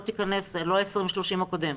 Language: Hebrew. לא ייכנס ה-2030 הקודם.